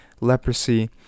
leprosy